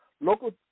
Local